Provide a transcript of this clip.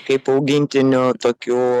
kaip augintinių tokių